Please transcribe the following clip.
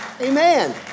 Amen